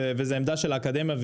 וזו עמדה של אקדמיה,